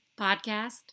podcast